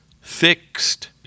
fixed